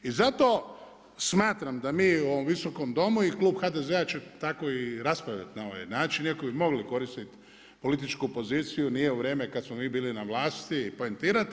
I zato smatram da mi u ovom Visokom domu i klub HDZ-a će tako i raspravljati na ovaj način, iako bi mogli koristit političku poziciju, nije vrijeme kad smo mi bili na vlasti poentirati.